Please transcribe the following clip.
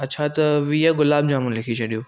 अछा त वीह गुलाब जामुन लिखी छॾियो